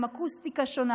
עם אקוסטיקה שונה,